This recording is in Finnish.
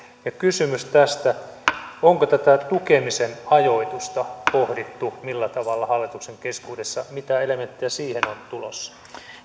kysymys tästä onko tätä tukemisen ajoitusta pohdittu millä tavalla hallituksen keskuudessa mitä elementtejä siihen on tulossa